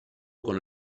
con